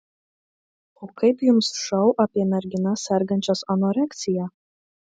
o kaip jums šou apie merginas sergančias anoreksija